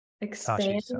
Expand